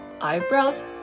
eyebrows